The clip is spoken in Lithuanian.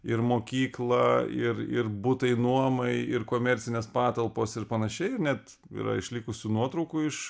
ir mokykla ir ir butai nuomai ir komercinės patalpos ir panašiai net yra išlikusių nuotraukų iš